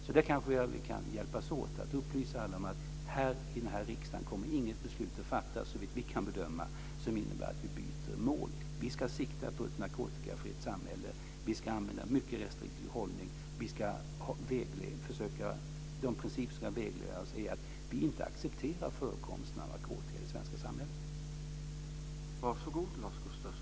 Så där tror jag att vi kan hjälpas åt att upplysa alla om att i den här riksdagen kommer inget beslut att fattas, såvitt vi kan bedöma, som innebär att vi byter mål. Vi ska sikta på ett narkotikafritt samhälle. Vi ska använda en mycket restriktiv hållning. Och de principer som ska vägleda oss är att vi inte accepterar förekomsten av narkotika i det svenska samhället.